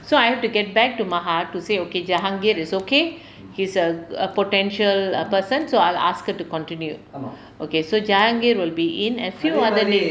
so I have to get back to marhad to say okay jahangir is okay he's a a potential a person so I'll ask her to continue okay so jahangir will be in and few other names